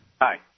Hi